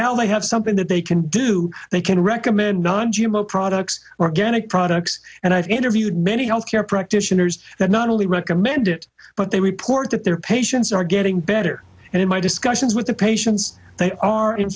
now they have something that they can do they can recommend on g m o products organic products and i've interviewed many health care practitioners that not only recommend it but they report that their patients are getting better and in my discussions with the patients they are in